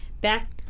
back